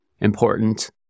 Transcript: important